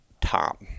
top